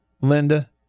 Linda